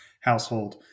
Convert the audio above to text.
household